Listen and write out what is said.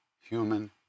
human